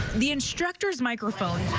the instructor's microphone,